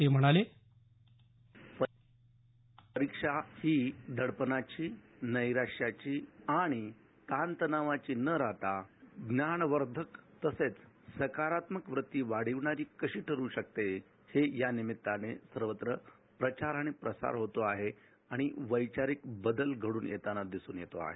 ते म्हणाले परिक्षा ही दडपणाची नैराश्यची आणि ताण तणावाची न राहता आणि ज्ञानवर्धक तसेच सकारात्क वाढण्याची कशी ठरू शकते हे यानिमित सर्वत्र प्रचार आणि प्रसार होत आहे आणि वैचारिक बदल घड्रन दिसून येत आहे